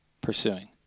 pursuing